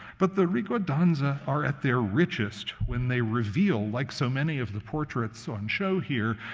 but the ricordanza are at their richest when they reveal, like so many of the portraits on show here,